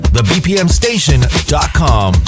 TheBPMStation.com